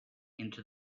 into